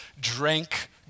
drank